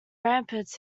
ramparts